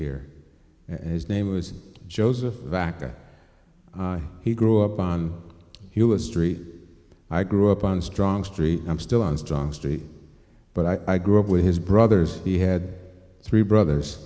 here and his name was joseph vaca he grew up on us street i grew up on strong street i'm still on strong street but i grew up with his brothers he had three brothers